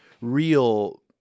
real